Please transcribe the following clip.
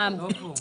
גם לא פה.